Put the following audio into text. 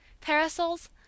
parasols